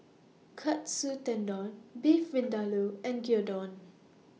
Katsu Tendon Beef Vindaloo and Gyudon